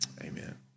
Amen